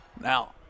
Now